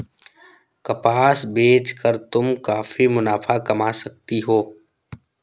कपास बेच कर तुम काफी मुनाफा कमा सकती हो